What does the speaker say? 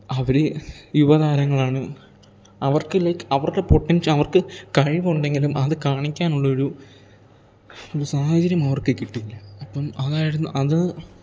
അവർ യുവതാരങ്ങളാണ് അവർക്ക് ലൈക്ക് അവര്ക്ക് പൊട്ടൻഷ് അവർക്ക് കഴിവ് ഉണ്ടെങ്കിലും അത് കാണിക്കാൻ ഉള്ളൊരു ഒരു സാഹചര്യം അവർക്ക് കിട്ടിയില്ല അപ്പം അതായിരുന്നു അത്